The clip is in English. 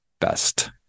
best